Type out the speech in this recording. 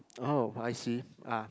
oh I see ah